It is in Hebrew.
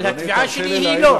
אבל התביעה שלי היא לא --- אדוני,